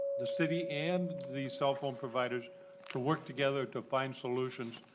the city and the cell phone providers to work together to find solutions.